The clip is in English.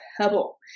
pebble